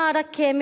רק כמה